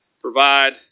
provide